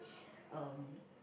um